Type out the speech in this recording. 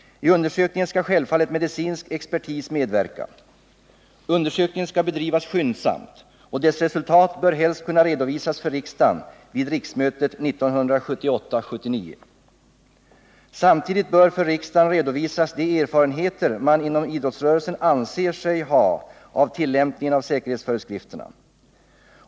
I undersökningen skall självfallet medicinsk expertis medverka. Undersökningen skall bedrivas skyndsamt, och dess resultat bör helst kunna redovisas för riksdagen vid riksmötet 1978/79. Samtidigt bör för riksdagen redovisas de erfarenheter man inom idrottsrörelsen anser sig ha av tillämpningen av säkerhetsföreskrifterna.